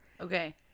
Okay